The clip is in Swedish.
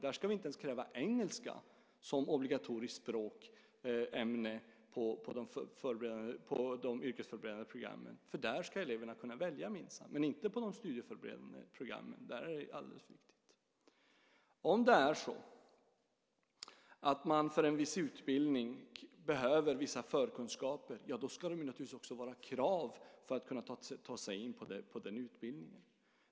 Där ska vi inte ens kräva engelska som obligatoriskt språkämne. Där ska eleverna minsann kunna välja, men inte på de studieförberedande programmen. Där är det alldeles för viktigt. Om man för en viss utbildning behöver vissa förkunskaper ska det naturligtvis vara ett krav för att kunna ta sig in på denna utbildning.